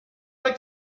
like